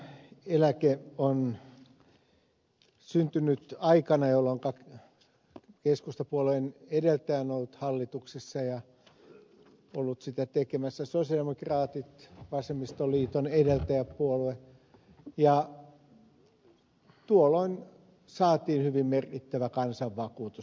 kansaneläke on syntynyt aikana jolloin keskustapuolueen edeltäjä sosialidemokraatit vasemmistoliiton edeltäjäpuolue ovat olleet hallituksessa ja olleet sitä tekemässä soisi lukijaa tyks vasemmistoliiton edeltäjäpuolue ja tuolloin saatiin hyvin merkittävä kansanvakuutus aikaiseksi